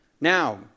Now